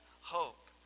hope